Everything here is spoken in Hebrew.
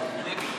19 שנה.